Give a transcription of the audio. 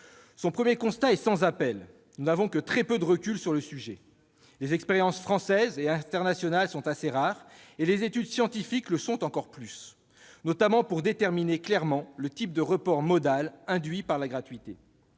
Le premier constat est sans appel : nous n'avons que très peu de recul sur le sujet. Les expériences françaises et internationales sont assez rares et les études scientifiques le sont encore davantage, notamment pour déterminer clairement le type de report modal qu'implique la gratuité.